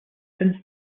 since